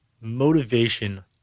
motivation